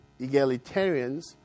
egalitarians